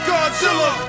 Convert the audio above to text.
Godzilla